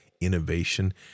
innovation